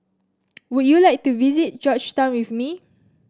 would you like to visit Georgetown with me